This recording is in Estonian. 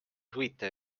huvitav